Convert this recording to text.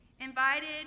invited